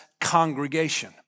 congregation